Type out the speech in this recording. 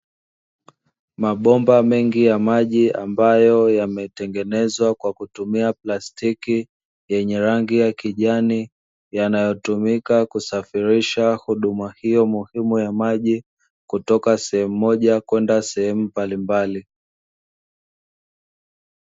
Mabomba mengi ya maji, ambayo yametengenezwa kwa kutumia plastiki yenye rangi ya kijani, yanayotumika kusafirisha huduma hiyo muhimu ya maji, kutoka sehemu moja kwenda sehemu mbalimbali.